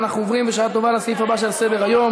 אנחנו עוברים בשעה טובה לסעיף הבא שעל סדר-היום.